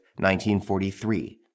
1943